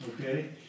okay